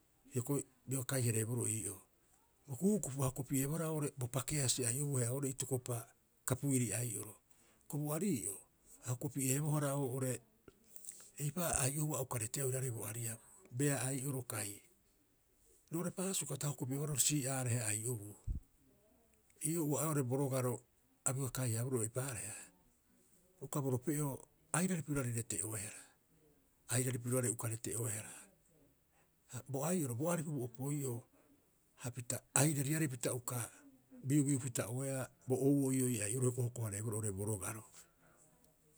Hioko'i bioga kai- hareeboroo ii'oo. Bo kuukuupu a hokopi'eebohara oo'ore bo pakeasii ai'obuu haia oo'ore itokopa kapuiri ai'oro. Kobu'arii'o a hokopi'eebohara oo'ore eipa'oo a ai'ohua a uka reteea oiraarei bo ariabu, beaa ai'oro kai. Roo'ore paasuka ta o hokopi'ehaabohara sii'aareha ai'obuu. Ii'oo ua'oeaa oo'ore bo rogaro a bioga kai- haaboroo eipaareha, uka borope'oo airari piroarei rete'oeaa, airari pirioarei uka rete'oehara. Ha bo ai'oro bo aripu bo opoi'oo, hapita airariarei pita uka biubiupita'oeaa bo ou'oo ii'oo ii ai'oroo hioko'i hoko- hareeboroo oo'ore bo rogaro.